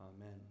Amen